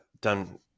done